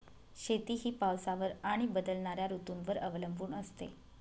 शेती ही पावसावर आणि बदलणाऱ्या ऋतूंवर अवलंबून असते